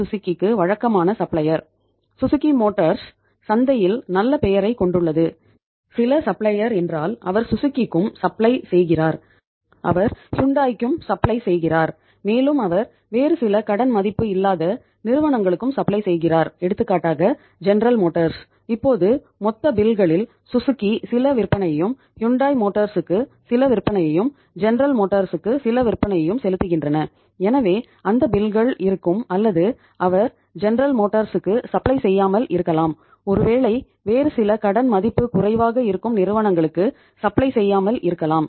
Suzuki Motors செய்யாமல் இருக்கலாம்